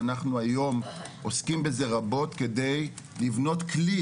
אנחנו היום עוסקים בזה רבות כדי לבנות כלי